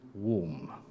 Warm